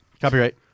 Copyright